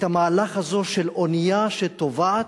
את המהלך הזה של אונייה שטובעת,